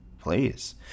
Please